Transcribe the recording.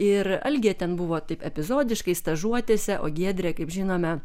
ir algė ten buvo taip epizodiškai stažuotėse o giedrė kaip žinome